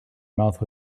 mouth